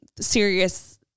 serious